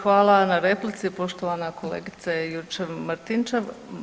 Hvala na replici poštovana kolegice Juričev Martinčev.